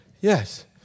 yes